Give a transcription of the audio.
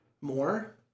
more